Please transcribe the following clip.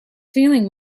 feeling